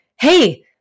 hey